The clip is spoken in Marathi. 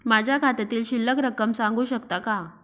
माझ्या खात्यातील शिल्लक रक्कम सांगू शकता का?